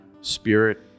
Spirit